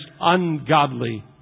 ungodly